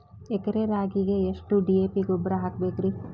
ಎಕರೆ ರಾಗಿಗೆ ಎಷ್ಟು ಡಿ.ಎ.ಪಿ ಗೊಬ್ರಾ ಹಾಕಬೇಕ್ರಿ?